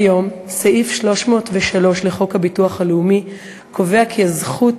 כיום סעיף 303 לחוק הביטוח הלאומי קובע כי הזכות